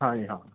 ਹਾਂਜੀ ਹਾਂ